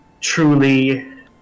truly